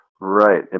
Right